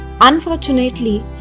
Unfortunately